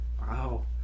wow